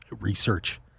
research